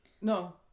No